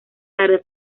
tarde